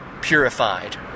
purified